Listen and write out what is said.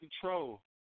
control